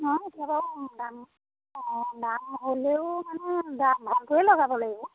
অঁ কেতিয়াবা দাম অঁ দাম হ'লেও মানে ভালকৈয়ে লগাব লাগিব